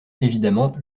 évidemment